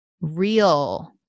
real